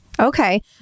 Okay